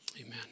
amen